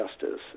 justice